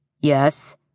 Yes